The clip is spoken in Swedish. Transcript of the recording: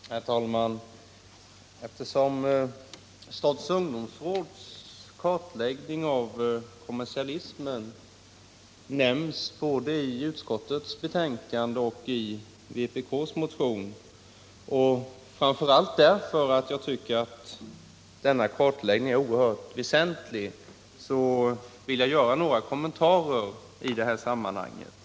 Nr 33 | Herr talman! Eftersom statens ungdomsråds kartläggning av kommer Onsdagen den sialismen nämns både i utskottets betänkande och i vpk:s motion och 23 november 1977 framför allt därför att jag tycker att denna kartläggning är mycket vär = sentlig, vill jag göra några kommentarer i det här sammanhanget. Jag .